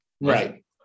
right